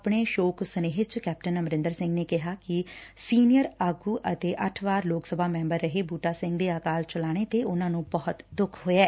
ਆਪਣੇ ਸ਼ੋਕ ਸੁਨੇਹੇ ਚ ਕੈਪਟਨ ਅਮਰਿੰਦਰ ਸਿੰਘ ਨੇ ਕਿਹਾ ਕਿ ਸੀਨੀਅਰ ਆਗੁ ਅਤੇ ਅੱਠ ਵਾਰ ਲੋਕ ਸਭਾ ਮੈਬਰ ਰਹੇ ਬੁਟਾ ਸਿੰਘ ਦੇ ਅਕਾਲ ਚਲਾਣੇ ਤੇ ਉਨਾਂ ਨੂੰ ਬਹੁਤ ਦੁੱਖ ਹੋਇਐ